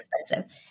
expensive